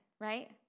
right